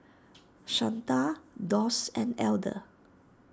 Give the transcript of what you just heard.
Shanta Doss and Elder